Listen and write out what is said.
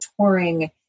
touring